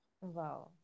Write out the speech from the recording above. Wow